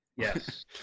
Yes